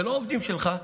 זה לא עובדים שלך.